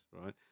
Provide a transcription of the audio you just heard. right